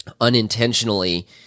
unintentionally